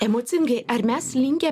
emocingi ar mes linkę